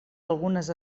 algunes